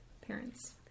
parents